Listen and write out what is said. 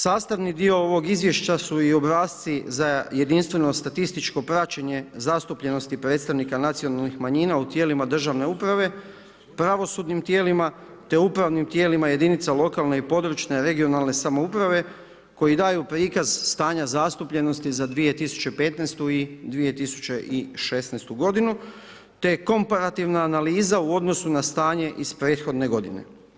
Sastavni dio i ovog izvješća su i obrasci za jedinstveno statističko praćenje zastupljenosti predstavnika nacionalnih manjina u tijelima državne uprave, pravosudnim tijelima, te upravnim tijelima jedinice lokalne i područne, regionalne samouprave koji daju prikaz stanja zastupljenosti za 2015. i 2016. g, te je komparativna analiza u odnosu na stanje iz prethodne godine.